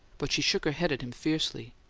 but she shook her head at him fiercely,